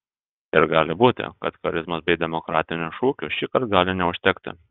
ir gali būti kad charizmos bei demokratinių šūkių šįkart gali neužtekti